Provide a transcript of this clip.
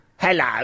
Hello